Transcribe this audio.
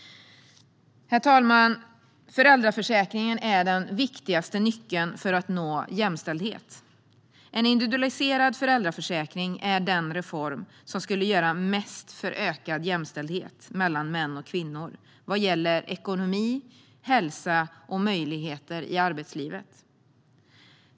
Herr talman! Föräldraförsäkringen är den viktigaste nyckeln för att nå jämställdhet. En individualiserad föräldraförsäkring är den reform som skulle göra mest för att öka jämställdheten mellan män och kvinnor vad gäller ekonomi, hälsa och möjligheter i arbetslivet.